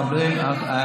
מקבלים.